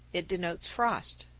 it denotes frost.